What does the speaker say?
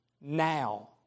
now